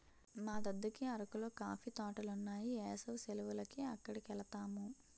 మా దద్దకి అరకులో కాఫీ తోటలున్నాయి ఏసవి సెలవులకి అక్కడికెలతాము